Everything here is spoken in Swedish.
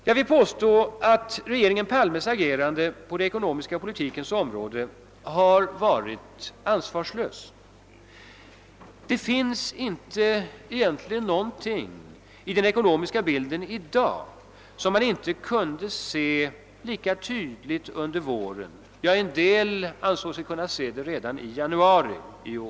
Jag vill påstå, att regeringen Palmes agerande på den ekonomiska politikens område har varit ansvarslöst. Det finns egentligen inte någonting i den ekonomiska bilden i dag, som man inte kunde se lika tydligt under våren, ja en del ansåg sig kunna .se det redan i januari.